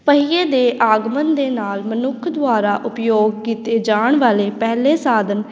ਪਹੀਏ ਦੇ ਆਗਮਨ ਦੇ ਨਾਲ ਮਨੁੱਖ ਦੁਆਰਾ ਉਪਯੋਗ ਕੀਤੇ ਜਾਣ ਵਾਲੇ ਪਹਿਲੇ ਸਾਧਨ